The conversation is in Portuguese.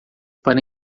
para